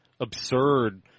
absurd